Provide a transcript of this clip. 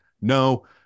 No